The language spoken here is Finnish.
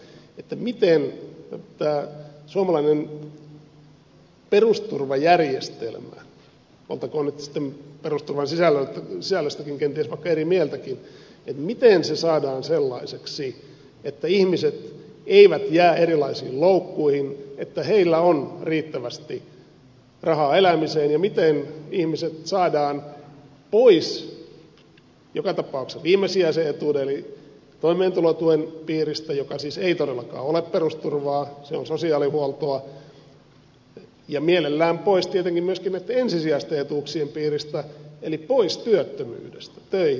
miten tämä suomalainen perusturvajärjestelmä oltakoon nyt sitten perusturvan sisällöstäkin kenties vaikka eri mieltäkin saadaan sellaiseksi että ihmiset eivät jää erilaisiin loukkuihin että heillä on riittävästi rahaa elämiseen ja miten ihmiset saadaan pois joka tapauksessa viimesijaisen etuuden eli toimeentulotuen piiristä joka siis ei todellakaan ole perusturvaa se on sosiaalihuoltoa ja mielellään pois tietenkin myöskin näitten ensisijaisten etuuksien piiristä eli pois työttömyydestä töihin